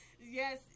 yes